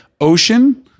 Ocean